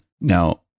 Now